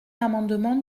l’amendement